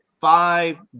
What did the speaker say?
Five